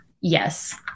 Yes